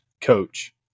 coach